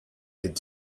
could